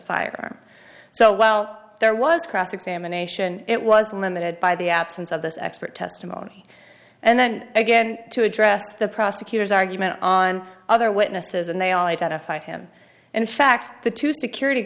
firearm so while there was cross examination it was limited by the absence of this expert testimony and then again to address the prosecutor's argument on other witnesses and they identified him in fact the two security